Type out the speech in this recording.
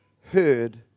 heard